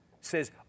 says